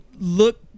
look